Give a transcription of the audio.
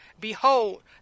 Behold